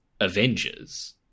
Avengers